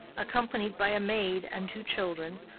accompanied by a maid and two children,